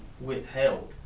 withheld